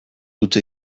hutsa